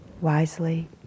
wisely